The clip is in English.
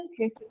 Okay